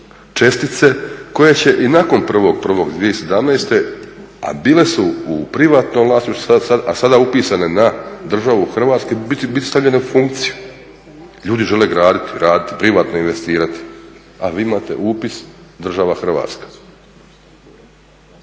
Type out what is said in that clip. čestice koje ćei nakon 1.1.2017., a bile su u privatnom vlasništvu, a sada upisane na državu Hrvatsku biti stavljene u funkciju. Ljudi žele graditi, raditi privatno investirati, a vi imate upis država Hrvatska.